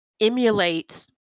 emulates